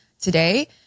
today